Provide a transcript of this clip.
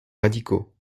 radicaux